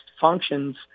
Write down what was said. functions